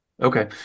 Okay